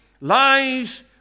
lies